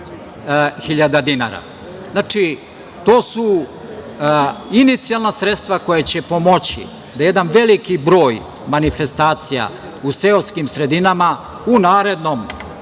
hiljada dinara. Znači, to su inicijalna sredstva koja će pomoći da jedan veliki broj manifestacija u seoskim sredinama u narednom